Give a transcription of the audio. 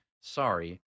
sorry